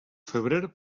febrer